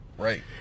Right